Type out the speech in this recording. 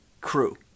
crew